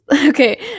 okay